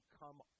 come